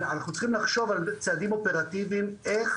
שאנחנו צריכים לחשוב על צעדים אופרטיביים איך